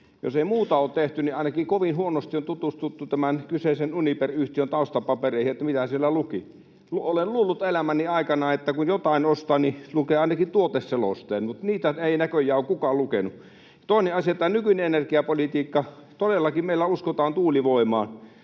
Jos ei muuta ole tehty, niin ainakin kovin huonosti on tutustuttu tämän kyseisen Uniper-yhtiön taustapapereihin, että mitä siellä luki. Olen luullut elämäni aikana, että kun jotain ostaa, niin lukee ainakin tuoteselosteen, mutta niitä ei näköjään ole kukaan lukenut. Toinen asia, tämä nykyinen energiapolitiikka: Todellakin, meillä uskotaan tuulivoimaan